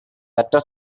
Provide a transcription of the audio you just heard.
better